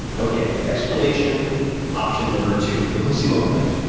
okay, explanation option number two, the placebo effect.